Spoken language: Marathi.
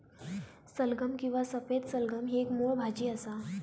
सलगम किंवा सफेद सलगम ही एक मुळ भाजी असा